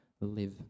live